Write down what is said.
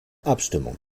abstimmung